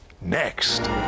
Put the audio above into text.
Next